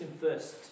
first